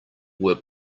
were